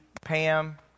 Pam